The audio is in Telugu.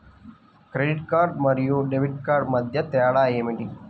క్రెడిట్ కార్డ్ మరియు డెబిట్ కార్డ్ మధ్య తేడా ఏమిటి?